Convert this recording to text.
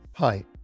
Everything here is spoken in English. Hi